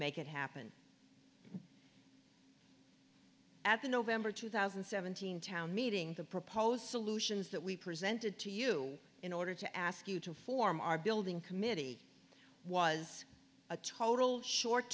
make it happen at the november two thousand seven hundred town meeting the proposed solutions that we presented to you in order to ask you to form our building committee was a total short